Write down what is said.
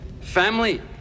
family